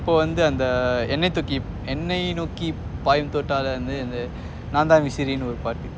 so இப்ப வந்து என்னை தூக்கி என்னை நோக்கி பாயும் தோட்டால இருந்து நாதான் விசிறி எண்டு ஒரு பாட்டு:ippa vanthu ennai noakki payum thoattala irunnthu naathaan visiri endu oru paatu